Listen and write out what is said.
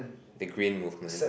the green movement